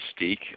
mystique